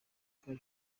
car